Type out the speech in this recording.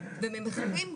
לאן.